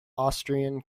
austrian